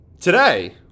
Today